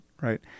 right